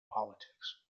politics